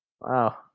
Wow